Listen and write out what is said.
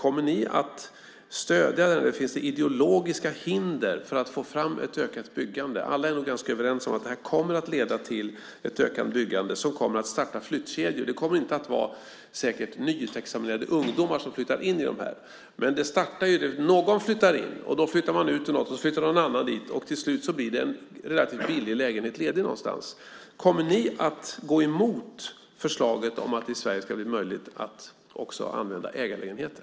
Kommer ni att stödja den, eller finns det ideologiska hinder för att få fram ett ökat byggande? Alla är nog ganska överens om att det här kommer att leda till ett ökat byggande, som kommer att starta flyttkedjor. Det kommer säkert inte att vara nyutexaminerade ungdomar som flyttar in i de här. Men någon flyttar in och flyttar då ut ur något. Då flyttar någon annan dit. Till slut blir det en relativt billig lägenhet ledig någonstans. Kommer ni att gå emot förslaget om att det i Sverige ska bli möjligt att också använda ägarlägenheter?